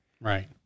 Right